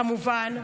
כמובן,